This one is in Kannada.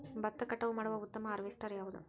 ಭತ್ತ ಕಟಾವು ಮಾಡುವ ಉತ್ತಮ ಹಾರ್ವೇಸ್ಟರ್ ಯಾವುದು?